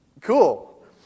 Cool